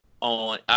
on